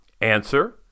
Answer